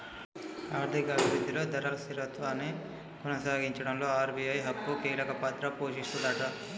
దేశ ఆర్థిక అభివృద్ధిలో ధరలు స్థిరత్వాన్ని కొనసాగించడంలో ఆర్.బి.ఐ ఎక్కువ కీలక పాత్ర పోషిస్తదట